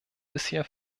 bisher